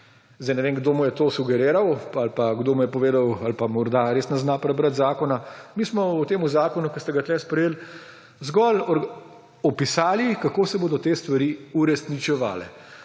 Sedaj ne vem, kdo mu je to sugeriral, kdo mu je povedal, ali pa morda res ne zna prebrati zakona. Mi smo v tem zakonu, ki ste ga tukaj sprejeli, zgolj opisali, kako se bodo te stvari uresničevale.